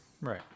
Right